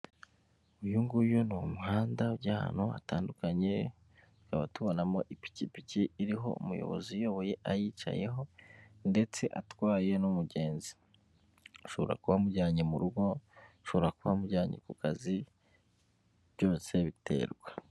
Uyu nguyu ni umuhanda ujya ahantu hatandukanye, tukaba tubonamo ipikipiki iriho umuyobozi uyoboye ayicayeho ndetse atwaye n'umugenzi. Ashobora kuba amujyanye mu rugo, ashobora kuba amujyanye ku kazi, byose biterwa.